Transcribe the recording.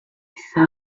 set